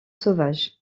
sauvage